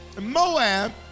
Moab